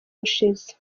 ushize